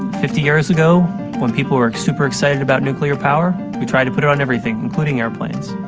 fifty years ago when people were super excited about nuclear power we tried to put it on everything, including aeroplanes.